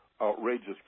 outrageous